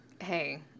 Hey